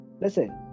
listen